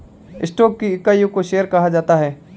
stock की इकाइयों को शेयर कहा जाता है